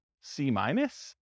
C-minus